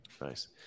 Nice